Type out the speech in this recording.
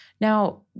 Now